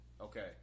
okay